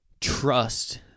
trust